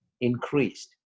increased